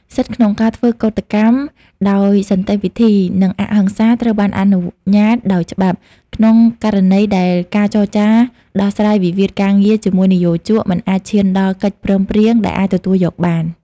សិទ្ធិក្នុងការធ្វើកូដកម្មដោយសន្តិវិធី និងអហិង្សាត្រូវបានអនុញ្ញាតដោយច្បាប់ ក្នុងករណីដែលការចរចាដោះស្រាយវិវាទការងារជាមួយនិយោជកមិនអាចឈានដល់កិច្ចព្រមព្រៀងដែលអាចទទួលយកបាន។